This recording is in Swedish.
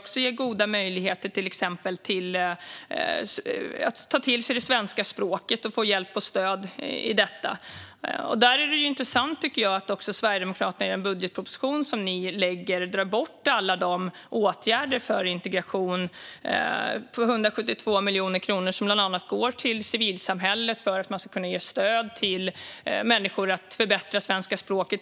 Det är också viktigt att ge människor goda möjligheter att ta till sig det svenska språket och få hjälp och stöd i det. Där tycker jag att det är intressant att Sverigedemokraterna i sin budgetmotion tar bort alla de åtgärder för integration där 172 miljoner kronor går till bland annat civilsamhället för att människor ska kunna få stöd i att förbättra sin svenska.